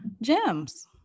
gems